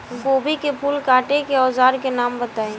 गोभी के फूल काटे के औज़ार के नाम बताई?